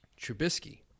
Trubisky